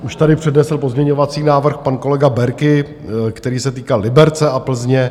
Už tady přednesl pozměňovací návrh pan kolega Berki, který se týkal Liberce a Plzně.